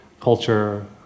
culture